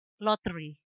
lottery